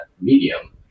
medium